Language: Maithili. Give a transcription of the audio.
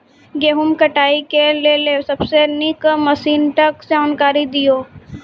गेहूँ कटाई के लेल सबसे नीक मसीनऽक जानकारी दियो?